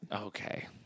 Okay